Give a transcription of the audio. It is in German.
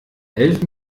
elf